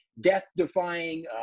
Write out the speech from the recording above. death-defying